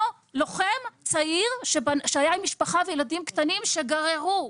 לוחם צעיר שהיה עם משפחה וילדים קטנים שגררו,